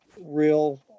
real